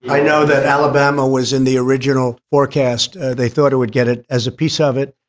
i know that alabama was in the original forecast. they thought it would get it as a piece of it.